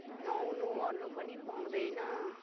नुहाउनुओर्नु पनि पाउँदैन